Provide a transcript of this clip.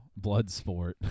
Bloodsport